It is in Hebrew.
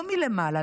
לא מלמעלה,